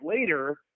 later